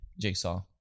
Jigsaw